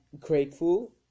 grateful